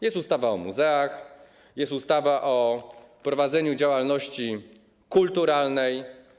Jest ustawa o muzeach, jest ustawa o prowadzeniu działalności kulturalnej.